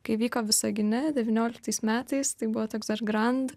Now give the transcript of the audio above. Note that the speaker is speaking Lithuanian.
kai vyko visagine devynioliktais metais tai buvo toks dar grand